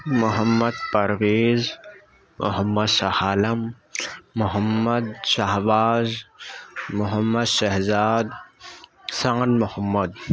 Muhammad Parvez Muhammad Shah Alam Muhammad Shahbaz Muhammad Shahzad Shan Muhammad